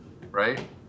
right